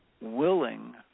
willing